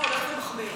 המצב הולך ומחמיר.